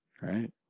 Right